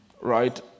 Right